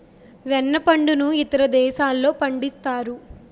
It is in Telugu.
వెన్న పండును ఇతర దేశాల్లో పండిస్తారు